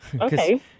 Okay